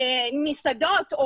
מסעדות,